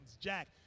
Jack